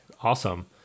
awesome